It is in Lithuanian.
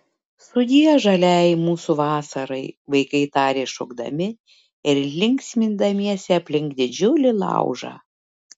sudie žaliajai mūsų vasarai vaikai tarė šokdami ir linksmindamiesi aplink didžiulį laužą